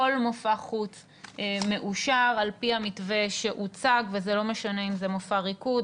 כל מופע חוץ מאושר על פי המתווה שהוצג וזה לא משנה אם זה ריקוד,